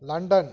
London